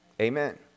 Amen